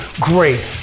great